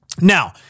Now